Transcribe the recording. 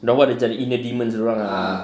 dorang pun macam ada inner demons dorang ah